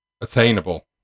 attainable